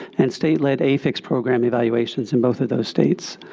and state-led afix program evaluations in both of those states.